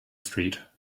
street